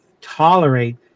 tolerate